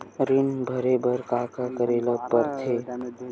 ऋण भरे बर का का करे ला परथे?